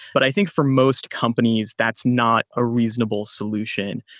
but i think for most companies, that's not a reasonable solution.